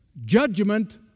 judgment